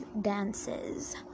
dances